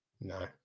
no